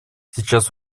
сейчас